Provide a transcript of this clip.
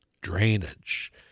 drainage